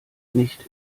nicht